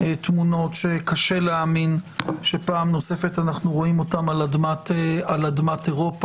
תמונות שקשה להאמין שפעם נוספת אנחנו רואים על אדמת אירופה.